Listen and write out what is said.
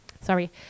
sorry